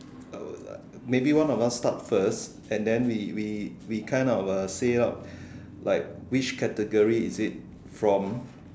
uh maybe one of us start first and then we we we kind of uh say out like which category is it from